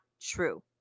true